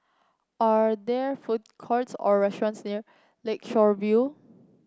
are there food courts or restaurants near Lakeshore View